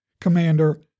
commander